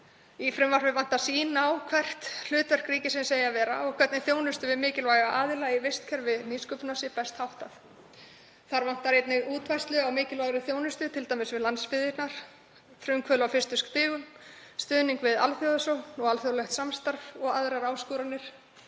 Í frumvarpið vantar sýn á hvert hlutverk ríkisins eigi að vera og hvernig þjónustu við mikilvæga aðila í vistkerfi nýsköpunar sé best háttað. Þar vantar einnig útfærslu á mikilvægri þjónustu, t.d. við landsbyggðina, frumkvöðla á fyrstu stigum, stuðning við alþjóðasókn og alþjóðlegt samstarf og aðrar áskoranir,